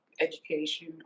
education